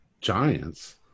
giants